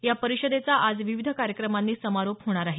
या परिषदेचा आज विविध कार्यक्रमांनी समारोप होईल